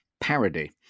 parody